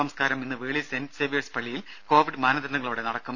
സംസ്കാരം ഇന്ന് Veli saint Xavier's പള്ളിയിൽ കോവിഡ് മാനദണ്ഡങ്ങളോടെ നടക്കും